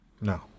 No